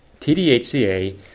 TDHCA